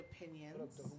opinions